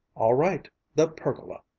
all right the pergola!